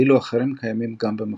ואילו אחרים קיימים גם במכוניות.